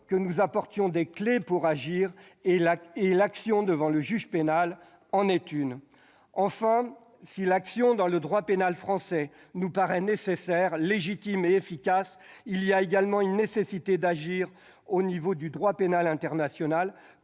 que nous leur apportions des clés pour agir, et l'action devant le juge pénal en est une. Enfin, si l'action dans le droit pénal français nous paraît nécessaire, légitime et efficace, il faut également intervenir au niveau du droit pénal international,